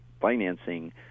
financing